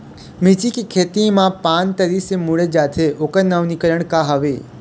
मिर्ची के खेती मा पान तरी से मुड़े जाथे ओकर नवीनीकरण का हवे?